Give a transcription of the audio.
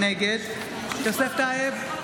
נגד יוסף טייב,